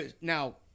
Now